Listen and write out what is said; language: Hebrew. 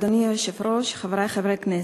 אדוני היושב-ראש, חברי חברי הכנסת,